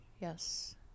Yes